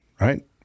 right